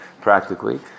practically